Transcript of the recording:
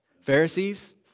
Pharisees